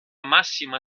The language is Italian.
massima